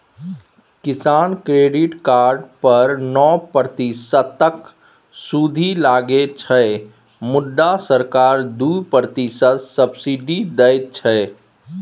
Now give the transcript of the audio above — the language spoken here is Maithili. किसान क्रेडिट कार्ड पर नौ प्रतिशतक सुदि लगै छै मुदा सरकार दु प्रतिशतक सब्सिडी दैत छै